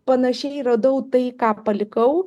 panašiai radau tai ką palikau